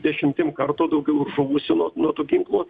dešimtim kartų daugiau ir žuvusių nuo nuo tų ginklų